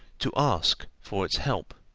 to ask for its help,